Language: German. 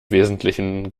wesentlichen